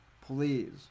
Please